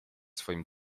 swoim